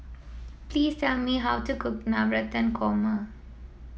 please tell me how to cook Navratan Korma